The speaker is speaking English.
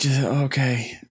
Okay